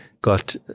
got